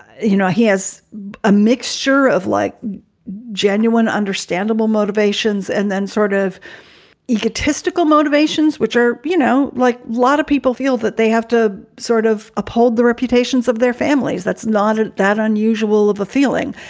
you know, he has a mixture of like genuine, understandable motivations and then sort of egotistical motivations, which are, you know, like lot of people feel that they have to sort of uphold the reputations of their families. that's not and that unusual of a feeling.